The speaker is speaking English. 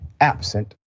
absent